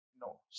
no